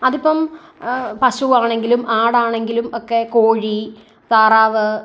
അതിപ്പം പശുവാണെങ്കിലും ആടാണെങ്കിലും ഒക്കെ കോഴി താറാവ്